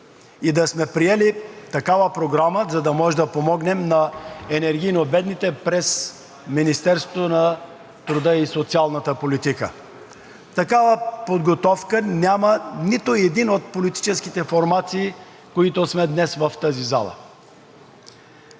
и да сме приели такава програма, за да можем да помогнем на енергийно бедните през Министерството на труда и социалната политика. Такава подготовка няма нито една от политическите формации, които сме днес в тази зала.